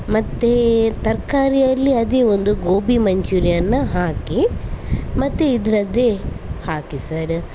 ಮತ್ತೆ ತರಕಾರಿಯಲ್ಲಿ ಅದೆ ಒಂದು ಗೋಬಿ ಮಂಚೂರಿಯನ್ನು ಹಾಕಿ ಮತ್ತು ಇದರದ್ದೆ ಹಾಕಿ ಸರ